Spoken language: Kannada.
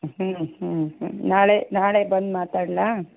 ಹ್ಞೂ ಹ್ಞೂ ಹ್ಞೂ ನಾಳೆ ನಾಳೆ ಬಂದು ಮಾತಾಡಲಾ